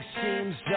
seems